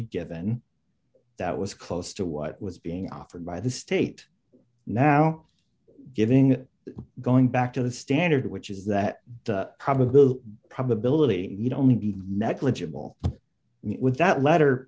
be given that was close to what was being offered by the state now giving going back to the standard which is that probable probability you don't be negligible with that letter